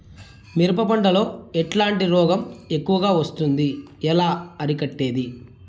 మిరప పంట లో ఎట్లాంటి రోగం ఎక్కువగా వస్తుంది? ఎలా అరికట్టేది?